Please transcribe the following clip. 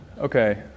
Okay